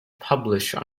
published